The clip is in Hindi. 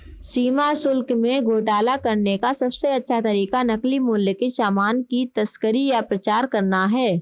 सीमा शुल्क में घोटाला करने का सबसे अच्छा तरीका नकली मूल्य के सामान की तस्करी या प्रचार करना है